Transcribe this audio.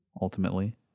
ultimately